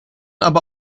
aber